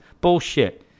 Bullshit